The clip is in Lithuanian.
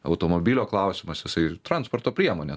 automobilio klausimas jisai ir transporto priemonė